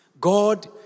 God